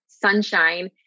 sunshine